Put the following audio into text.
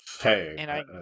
Hey